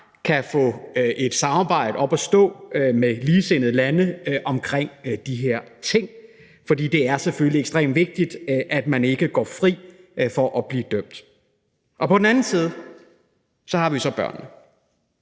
kan få et samarbejde op at stå med ligesindede lande omkring de her ting, for det er selvfølgelig ekstremt vigtigt, at man ikke går fri for at blive dømt. På den anden side har vi så børnene.